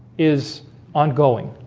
is ongoing